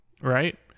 right